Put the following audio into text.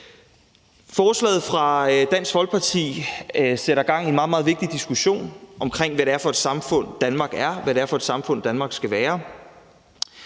Forslaget fra Dansk Folkeparti sætter gang i en meget, meget vigtig diskussion om, hvad det er for et samfund, Danmark er, og hvad det er for et samfund, Danmark skal være.